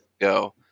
go